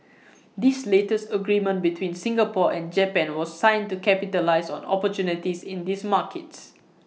this latest agreement between Singapore and Japan was signed to capitalise on opportunities in these markets